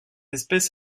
espèce